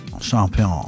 champion